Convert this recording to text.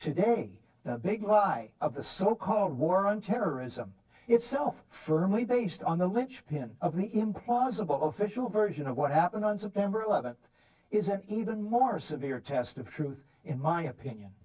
today the big lie of the so called war on terrorism itself firmly based on the linchpin of the implausible official version of what happened on september eleventh is an even more severe test of truth in my opinion